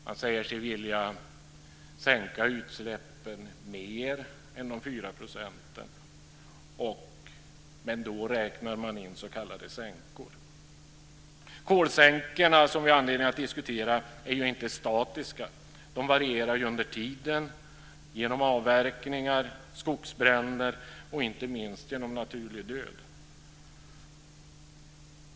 Man säger sig vilja sänka utsläppen mer än 4 %, men då räknar man in s.k. sänkor. Kolsänkorna, som vi har anledning att diskutera, är inte statiska. De varierar med tiden genom avverkningar och skogsbränder och inte minst genom naturlig död.